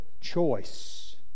choice